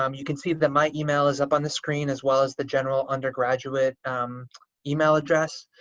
um you can see that my email is up on the screen as well as the general undergraduate email address.